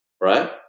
right